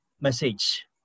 message